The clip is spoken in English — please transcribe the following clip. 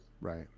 right